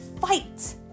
fight